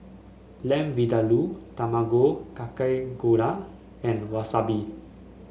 Lamb Vindaloo Tamago Kake Gohan and Wasabi